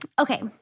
Okay